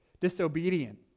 disobedient